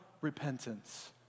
repentance